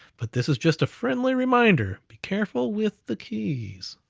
but this is just a friendly reminder. be careful with the keys.